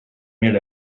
mil